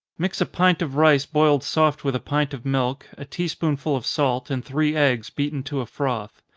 mix a pint of rice boiled soft with a pint of milk, a tea-spoonful of salt, and three eggs, beaten to a froth.